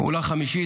פעולה חמישית,